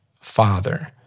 Father